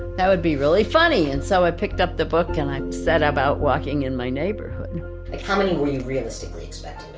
that would be really funny. and so i picked up the book and i set about walking around and my neighborhood. like how many were you realistically expecting